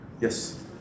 Yes